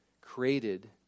created